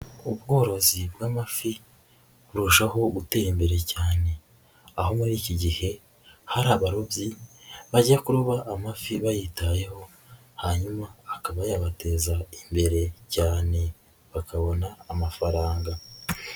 Ubworozi bw'amafi burushaho gutera imbere cyane, aho muri iki gihe hari abarobyi bajya kuroba amafi bayitayeho, hanyuma akaba yabateza imbere cyane bakabona amafaranga.